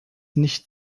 nicht